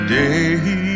day